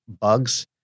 bugs